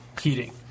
Heating